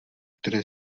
které